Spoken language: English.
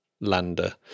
lander